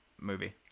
movie